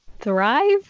thrive